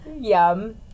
yum